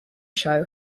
show